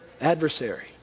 adversary